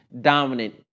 dominant